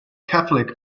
catholic